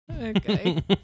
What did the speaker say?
Okay